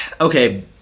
okay